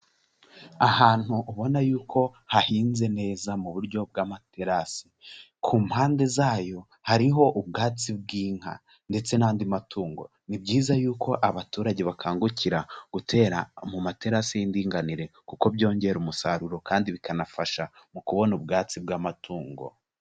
Ahantu ubona yuko hahinze neza mu buryo bw'amaterasi, ku mpande zayo hariho ubwatsi bw'inka ndetse n'andi matungo. Ni byiza yuko abaturage bakangukira gutera mu materasi y'indinganire kuko byongera umusaruro kandi bikanafasha mu kubona ubwatsi bw'amatungo.